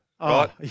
right